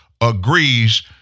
agrees